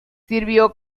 sirvió